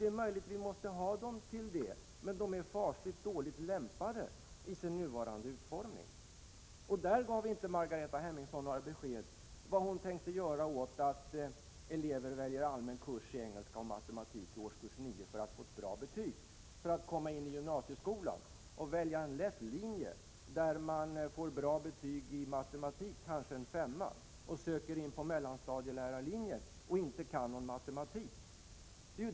Det är möjligt att vi måste ha dem till det. I sin nuvarande utformning är de mycket dåligt lämpade för det. Margareta Hemmingsson gav inget besked om vad hon tänker göra åt det faktum att elever väljer allmän kurs i engelska och matematik i årskurs 9 för att få ett bra betyg, så att de kan komma in på gymnasieskolan. De väljer där en lätt linje för att få bra betyg i matematik, kanske en femma och söker sedan in på mellanstadielärarlinjen utan att egentligen kunna någon matematik.